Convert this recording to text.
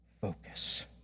focus